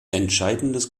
entscheidendes